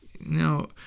Now